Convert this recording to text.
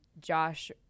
Josh